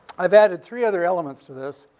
i've added three other elements to this.